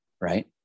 right